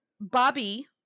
Bobby